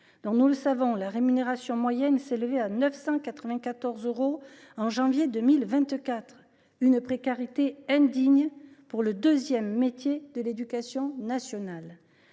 nous le savons, leur rémunération moyenne s’élevait à 994 euros en janvier 2024, soit une précarité indigne pour le deuxième métier de l’éducation nationale.